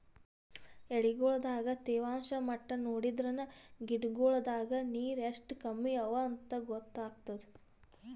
ಎಲಿಗೊಳ್ ದಾಗ ತೇವಾಂಷ್ ಮಟ್ಟಾ ನೋಡದ್ರಿನ್ದ ಗಿಡಗೋಳ್ ದಾಗ ನೀರ್ ಎಷ್ಟ್ ಕಮ್ಮಿ ಅವಾಂತ್ ಗೊತ್ತಾಗ್ತದ